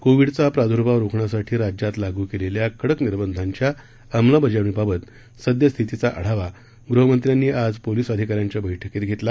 कोविडचा प्रादुर्भाव रोखण्यासाठी राज्यात लागू केलेल्या कडक निर्बंधांच्या अंमलबजावणीबाबत सद्यस्थितीचा आढावा गृहमंत्र्यांनी आज पोलिस अधिकाऱ्यांच्या बैठकीत घेतला